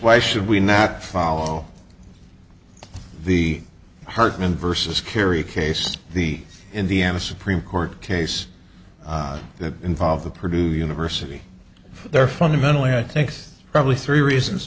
why should we now follow the hartman versus kerry case the indiana supreme court case that involved the producer university there fundamentally i think probably three reasons